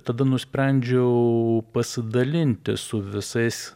tada nusprendžiau pasidalinti su visais